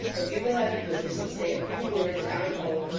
if you will have the goodness to say a few words, on oath,